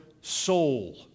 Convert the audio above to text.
soul